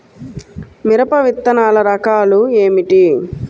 మిరప విత్తనాల రకాలు ఏమిటి?